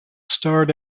starred